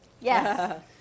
Yes